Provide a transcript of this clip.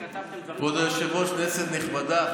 כנסת נכבדה,